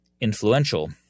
influential